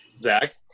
Zach